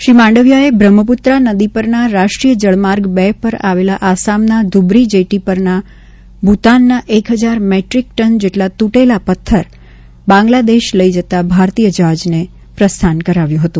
શ્રી માંડવિયાએ બ્રહ્મપુત્રા નદી પરના રાષ્ટ્રીય જળમાર્ગ બે પર આવેલા આસામના ધુબ્રી જેટ્ટી પરથી ભુતાનના એક હજાર મેટ્રીક ટન જેટલા તૂટેલા પથ્થર બાંગ્લાદેશ લઈ જતા ભારતીય જહાજને પ્રસ્થાન કરાવ્યું હતું